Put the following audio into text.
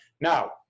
Now